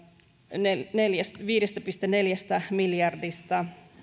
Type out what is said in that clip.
viidestä pilkku neljästä miljardista